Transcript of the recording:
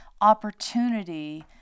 opportunity